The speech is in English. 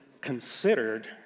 considered